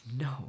No